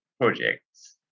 projects